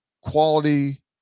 quality